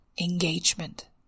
engagement